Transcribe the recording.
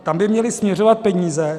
Tam by měly směřovat peníze.